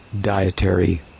dietary